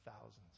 thousands